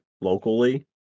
locally